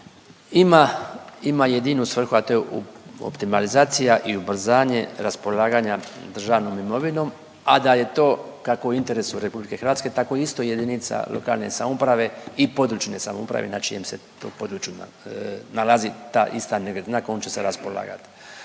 ima jedinu svrhu, a to je optimalizacija i ubrzanje raspolaganja državnom imovinom, a da je to kako u interesu Republike Hrvatske, tako i isto jedinica lokalne samouprave i područne samouprave na čijem se području nalazi ta ista nekretnina kojom će se raspolagati.